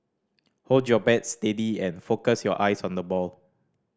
hold your bat steady and focus your eyes on the ball